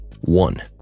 one